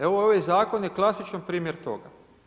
Evo, ovaj zakon je klasičan primjer toga.